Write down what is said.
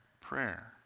prayer